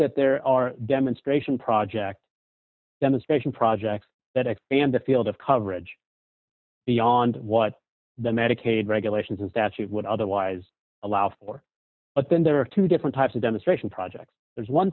that there are demonstration project demonstration projects that expand the field of coverage beyond what the medicaid regulations is that you would otherwise allow for but then there are two different types of demonstration projects there's one